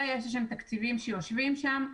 אלא יש איזה שהם תקציבים שיושבים שם,